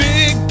Big